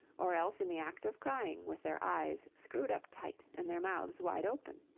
or else in the act of crying, with their eyes screwed up tight, and their mouths wide open.